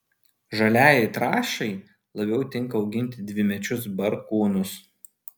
žaliajai trąšai labiau tinka auginti dvimečius barkūnus